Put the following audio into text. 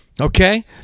Okay